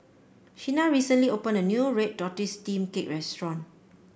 Shena recently opened a new Red Tortoise Steamed Cake restaurant